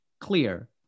clear